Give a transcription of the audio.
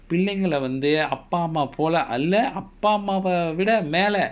பிள்ளைகள வந்து அப்பா அம்மா போல அல்ல அப்பா அம்மாவ விட மேல:pillaigala vanthu appa amma pola alla appa ammava vida maela